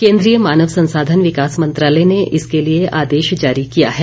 केन्द्रीय मानव संसाधन विकास मंत्रालय ने इसके लिए आदेश जारी किया है